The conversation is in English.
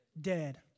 Dead